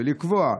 לקבוע,